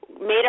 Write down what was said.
made